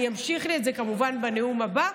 אני אמשיך את זה בנאום הבא,